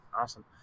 awesome